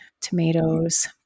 tomatoes